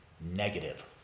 negative